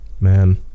Man